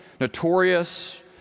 notorious